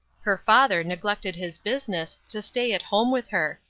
her father neglected his business to stay at home with her,